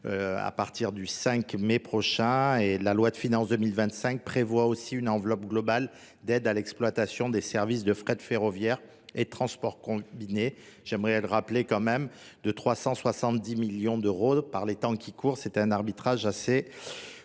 à partir du 5 mai prochain et la loi de finance 2025 prévoit aussi une enveloppe globale d'aide à l'exploitation des services de frais de ferroviaire et transports combinés. J'aimerais le rappeler quand même de 370 millions d'euros par les temps qui courent. C'est un arbitrage assez